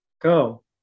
Go